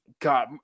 God